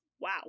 wow